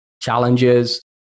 challenges